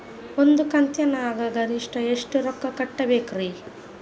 ಒಂದ್ ಕಂತಿನ್ಯಾಗ ಗರಿಷ್ಠ ಎಷ್ಟ ರೊಕ್ಕ ಕಟ್ಟಬೇಕ್ರಿ?